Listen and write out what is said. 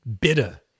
bitter